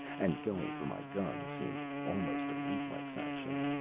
and going for my gun seemed almost a reflex action.